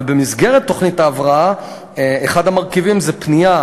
ובמסגרת תוכנית ההבראה אחד המרכיבים הוא פנייה